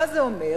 מה זה אומר?